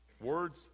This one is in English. Words